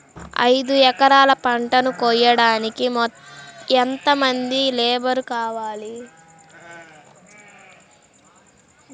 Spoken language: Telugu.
ఐదు ఎకరాల పంటను కోయడానికి యెంత మంది లేబరు కావాలి?